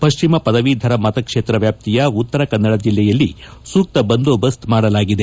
ಪಶ್ಚಿಮ ಪದವೀಧರ ಮತಕ್ಷೇತ್ರ ವ್ಯಾಪ್ತಿಯ ಉತ್ತರ ಕನ್ನಡ ಜಿಲ್ಲೆಯಲ್ಲಿ ಸೂಕ್ತ ಬಂದೋಬಸ್ತ್ ಮಾಡಲಾಗಿದೆ